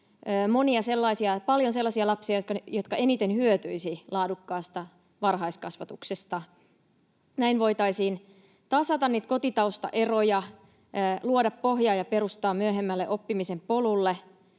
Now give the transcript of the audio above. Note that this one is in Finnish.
paljon sellaisia lapsia, jotka eniten hyötyisivät laadukkaasta varhaiskasvatuksesta. Näin voitaisiin tasata kotitaustaeroja, luoda ja perustaa pohjaa myöhemmälle oppimisen polulle,